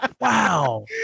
wow